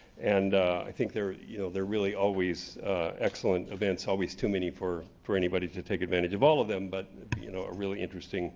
and i think they're you know they're really always excellent events, always too many for for anybody to take advantage of all of them, but you know a really interesting